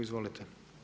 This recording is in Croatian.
Izvolite,